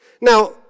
Now